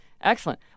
Excellent